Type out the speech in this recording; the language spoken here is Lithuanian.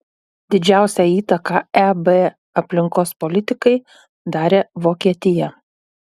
didžiausią įtaką eb aplinkos politikai darė vokietija